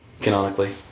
canonically